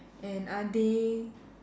and are they